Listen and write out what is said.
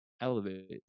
elevate